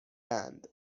اند